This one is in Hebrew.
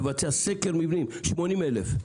לבצע סקר מבנים; 80 אלף.